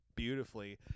Beautifully